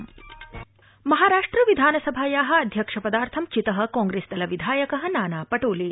महाराष्ट्र महाराष्ट्र विधानसभाया अध्यक्षपदार्थं चित कांग्रेस्दल विधायक नाना परिलि